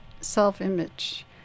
self-image